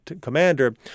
commander